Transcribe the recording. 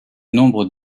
nombre